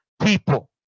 people